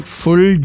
full